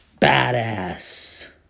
badass